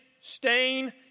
stain